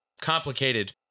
complicated